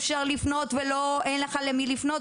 אפשר לפנות ולא אין לך למי לפנות.